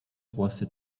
kłosy